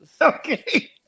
Okay